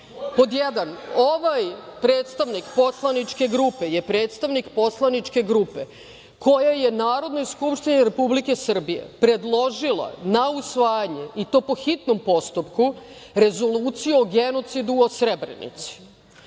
Pod jedan, ovaj predstavnik poslaničke grupe je predstavnik poslaničke grupe koja je Narodnoj skupštini Republike Srbije predložila na usvajanje i to po hitnom postupku rezoluciju o genocidu u Srebrenici.